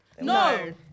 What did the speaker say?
no